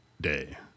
day